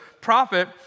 prophet